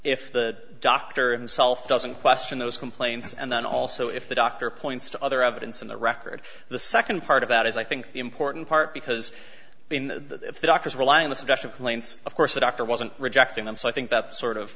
if the doctor and self doesn't question those complaints and then also if the doctor points to other evidence in the record the second part of that is i think the important part because in the doctor's real in the special planes of course the doctor wasn't rejecting them so i think that's sort of